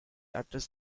address